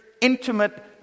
intimate